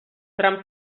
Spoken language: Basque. trump